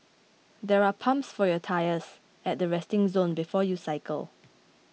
there are pumps for your tyres at the resting zone before you cycle